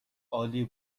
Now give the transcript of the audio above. عالی